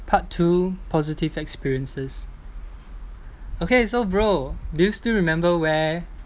part two positive experiences okay so bro do you still remember where